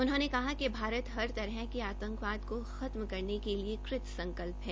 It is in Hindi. उन्होंने कहा कि भारत हर तरह के आंतकवाद को खत्म करने के लिए कृत संकल्प है